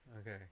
Okay